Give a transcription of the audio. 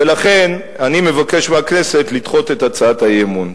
ולכן אני מבקש מהכנסת לדחות את הצעת האי-אמון.